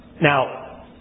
Now